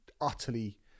utterly